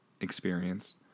Experience